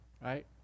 right